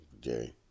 Jerry